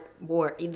war